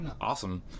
Awesome